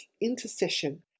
intercession